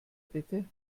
bitte